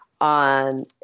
on –